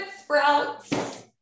sprouts